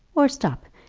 or stop.